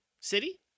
city